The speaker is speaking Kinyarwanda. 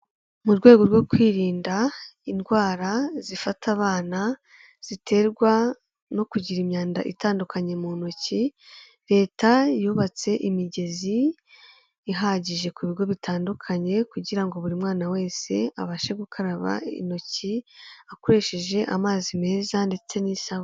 Mu rwego rwo kwirinda indwara zifata abana ziterwa no kugira imyanda itandukanye mu ntoki, Leta yubatse imigezi ihagije ku bigo bitandukanye kugira ngo buri mwana wese abashe gukaraba intoki akoresheje amazi meza ndetse n'isabune.